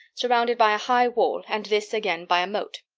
surrounded by a high wall, and this again by a moat.